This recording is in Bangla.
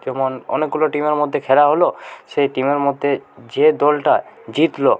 যেমন অনেকগুলো টিমের মধ্যে খেলা হল সেই টিমের মধ্যে যে দলটা জিতল